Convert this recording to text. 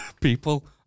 people